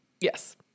Yes